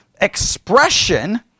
expression